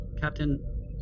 Captain